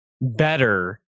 better